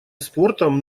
спортом